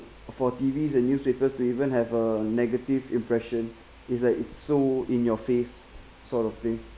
for T_Vs and newspapers to even have a negative impression is that it's so in your face sort of thing